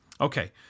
Okay